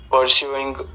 pursuing